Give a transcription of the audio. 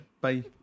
Bye